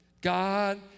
God